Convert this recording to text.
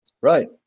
Right